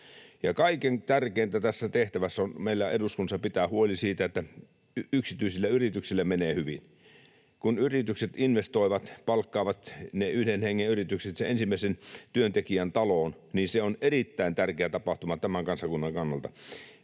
kaikkein tärkeintä tässä tehtävässä meillä eduskunnassa on pitää huoli siitä, että yksityisillä yrityksillä menee hyvin. Kun yritykset investoivat — ne yhden hengen yritykset palkkaavat sen ensimmäisen työntekijän taloon — niin se on erittäin tärkeä tapahtuma tämän kansakunnan kannalta.